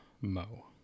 Mo